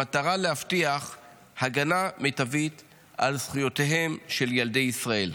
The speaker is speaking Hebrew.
במטרה להבטיח הגנה מיטבית על זכויותיהם של ילדי ישראל.